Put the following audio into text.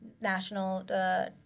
national